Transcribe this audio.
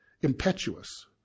impetuous